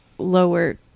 lower